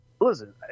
Listen